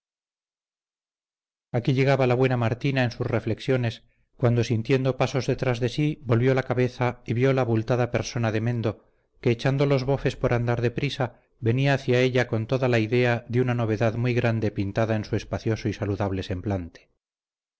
aquí llegaba la buena martina en sus reflexiones cuando sintiendo pasos detrás de sí volvió la cabeza y vio la abultada persona de mendo que echando los bofes por andar de prisa venía hacia ella con toda la idea de una novedad muy grande pintada en su espacioso y saludable